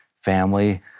family